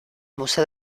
museo